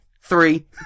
three